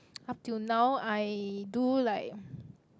up till now I do like